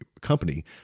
company